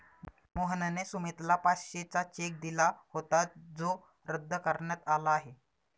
मोहनने सुमितला पाचशेचा चेक दिला होता जो रद्द करण्यात आला आहे